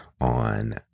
on